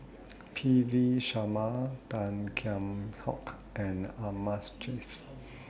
P V Sharma Tan Kheam Hock and Ahmad's Jais